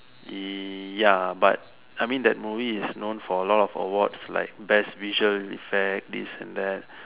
ya but I mean that movie is known for a lot of awards like best vision effect this and that